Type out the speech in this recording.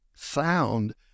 Sound